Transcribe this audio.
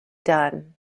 done